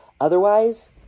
Otherwise